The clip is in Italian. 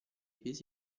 pesi